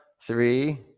three